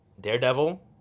Daredevil